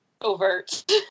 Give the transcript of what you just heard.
overt